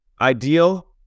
Ideal